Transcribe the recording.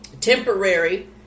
temporary